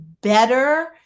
better